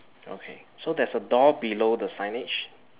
okay so there's a door below the signage